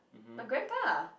my grandpa